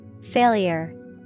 Failure